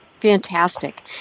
Fantastic